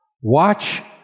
Watch